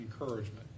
encouragement